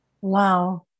Wow